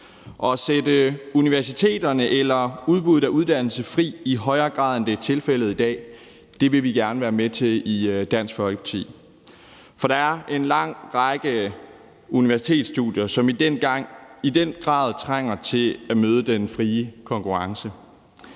At sætte universiteterne eller udbuddet af uddannelser fri i højere grad, end det er tilfældet i dag, vil vi gerne være med til i Dansk Folkeparti, for der er en lang række universitetsstudier, som i den grad trænger til at møde den frie konkurrence.